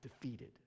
defeated